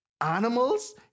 animals